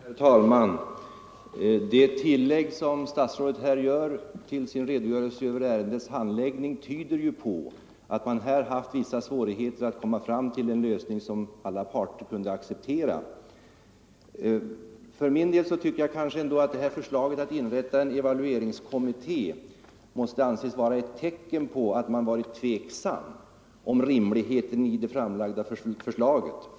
Herr talman! Det tillägg som statsrådet här gjorde till sin redogörelse över ärendets handläggning tyder på att man haft vissa svårigheter att komma fram till en lösning som alla parter kunde acceptera. Jag tycker att inrättandet av en evalueringskommitté måste anses vara ett tecken på att man varit tveksam om rimligheten i det framlagda förslaget.